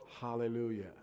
hallelujah